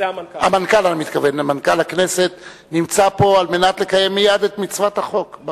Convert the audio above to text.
המנכ"ל נמצא פה כדי לקיים את מצוות החוק.